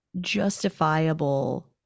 justifiable